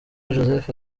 joseph